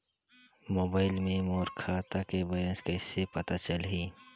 Mobile मे मोर खाता के बैलेंस कइसे पता चलही?